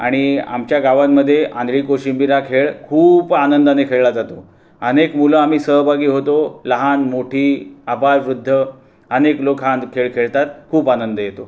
आणि आमच्या गावांमध्ये आंधळी कोशिंबीर हा खेळ खूप आनंदाने खेळला जातो अनेक मुलं आम्ही सहभागी होतो लहान मोठी आबाल वृद्ध अनेक लोक हा आणि खेळ खेळतात खूप आनंद येतो